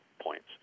points